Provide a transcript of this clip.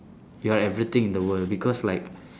you are everything in the world because like